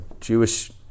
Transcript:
Jewish